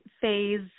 phase